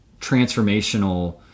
transformational